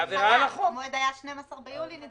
המועד היה 12 ביוני.